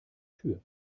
tür